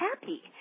happy